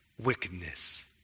wickedness